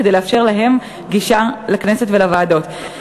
כדי לאפשר להם גישה לכנסת ולוועדות.